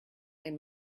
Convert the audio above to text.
made